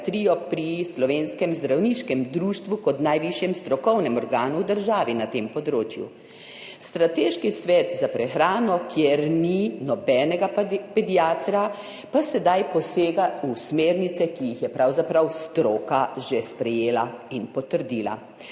pri Slovenskem zdravniškem društvu kot najvišjem strokovnem organu v državi na tem področju. Strateški svet za prehrano, kjer ni nobenega pediatra, pa sedaj posega v smernice, ki jih je pravzaprav stroka že sprejela in potrdila.